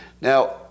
Now